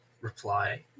reply